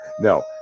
No